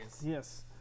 Yes